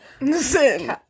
Listen